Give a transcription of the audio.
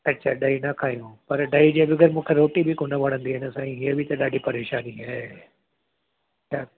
अच्छा ॾही न खायूं पर ॾही जे बगैर मूंखे रोटी बि कोन वणंदी आहे न साईं हीअं बि त ॾाढी परेशानी आहे त